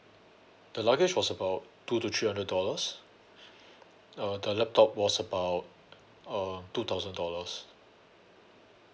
the luggage was about two to three hundred dollars uh the laptop was about uh two thousand dollars